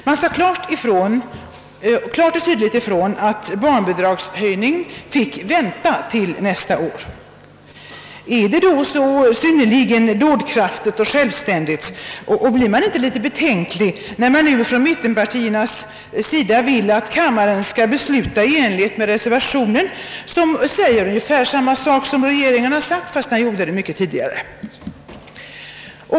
Det sades klart och tydligt ifrån att barnbidragshöjning fick vänta till nästa år. Är det då så synnerligen dådkraftigt och självständigt, och blir man inte litet betänksam, när nu mittenpartierna vill att. kammaren skall besluta i enlighet med reservationen, som säger ungefär samma sak som regeringen har sagt fastän den gjorde det mycket tidigare.